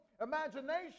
imagination